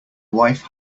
wife